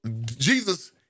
Jesus